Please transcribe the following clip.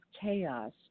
chaos